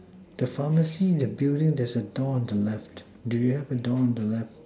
the pharmacy the building there's a door on the left do you have a door on the left